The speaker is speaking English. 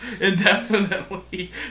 indefinitely